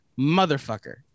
motherfucker